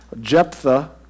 Jephthah